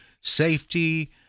safety